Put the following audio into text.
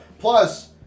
Plus